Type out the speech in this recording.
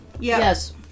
Yes